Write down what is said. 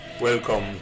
Welcome